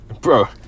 Bro